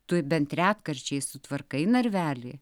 tu bent retkarčiais sutvarkai narvelį